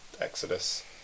Exodus